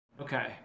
okay